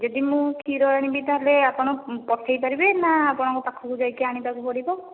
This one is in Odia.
ଯଦି ମୁଁ କ୍ଷୀର ଆଣିବି ତାହାଲେ ଆପଣ ପଠେଇ ପାରିବେ ନା ଆପଣଙ୍କ ପାଖକୁ ଯାଇକି ଆଣିବାକୁ ପଡ଼ିବ